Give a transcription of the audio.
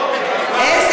יחידות בכתיבה,